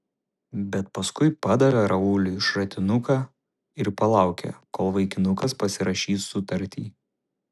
bet paskui padavė rauliui šratinuką ir palaukė kol vaikinukas pasirašys sutartį